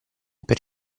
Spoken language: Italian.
per